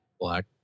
Black